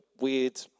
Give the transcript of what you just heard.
weird